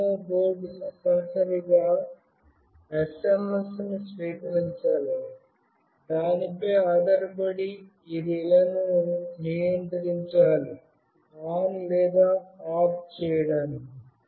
Arduino board తప్పనిసరిగా SMS ను స్వీకరించాలి దానిపై ఆధారపడి ఈ రిలే ను నియంత్రించాలి లేదా ఆఫ్ చేయడానికి